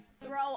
throw